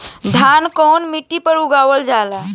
धान कवना मिट्टी पर उगावल जाला?